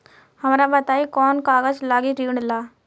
हमरा बताई कि कौन कागज लागी ऋण ला?